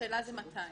השאלה זה מתי.